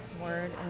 word